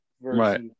Right